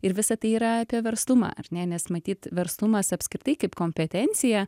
ir visa tai yra apie verslumą ar ne nes matyt verslumas apskritai kaip kompetencija